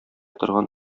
торган